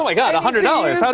like ah and hundred dollars. so